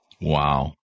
Wow